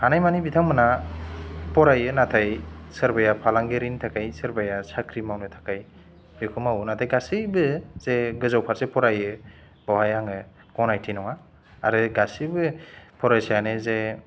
हानाय मानि बिथांमोना फरायो नाथाय सोरबाया फालांगिरिनि थाखाय सोरबाया साख्रि मावनो थाखाय बेखौ मावो नाथाय गासैबो गासैबो जे गोजौ फारसे फरायो बेवहाय आङो गनायथि नङा आरो गासैबो फरायसायानो जे